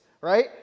right